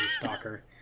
Stalker